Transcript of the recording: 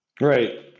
Right